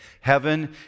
heaven